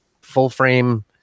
full-frame